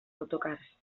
autocars